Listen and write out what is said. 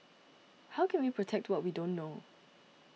how can we protect what we don't know